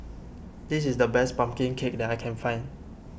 this is the best Pumpkin Cake that I can find